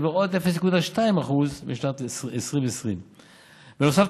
ועוד 0.2% בשנת 2020. בנוסף,